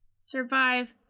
Survive